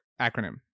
acronym